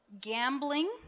gambling